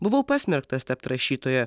buvau pasmerktas tapt rašytoja